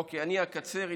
אוקיי, הינה, אני אקצר.